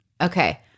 Okay